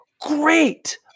Great